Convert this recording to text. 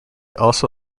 also